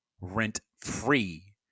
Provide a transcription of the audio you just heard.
rent-free